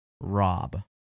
Rob